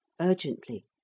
urgently